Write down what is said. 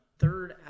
Third